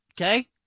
Okay